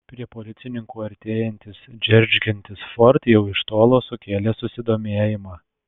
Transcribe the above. prie policininkų artėjantis džeržgiantis ford jau iš tolo sukėlė susidomėjimą